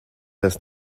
dass